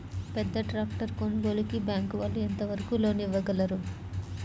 పెద్ద ట్రాక్టర్ కొనుగోలుకి బ్యాంకు వాళ్ళు ఎంత వరకు లోన్ ఇవ్వగలరు?